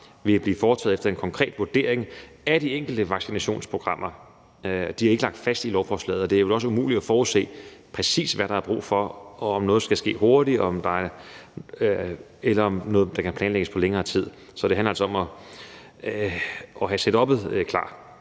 vil blive foretaget efter en konkret vurdering af de enkelte vaccinationsprogrammer. De er ikke lagt fast i lovforslaget, og det er vel også umuligt at forudse, præcis hvad der er brug for, og om noget skal ske hurtigt, eller om noget kan planlægges over længere tid. Så det handler altså om at have setuppet klar.